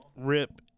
rip